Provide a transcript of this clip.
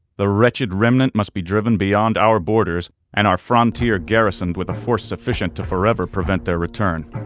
the wretched remnant must be driven beyond our borders and our frontier garrisoned with a force sufficient to forever prevent their return.